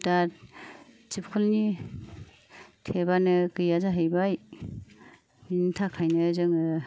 दा दमखलनि टेप आनो गैया जाहैबाय बेनि थाखायनो जोङो